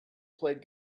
played